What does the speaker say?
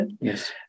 Yes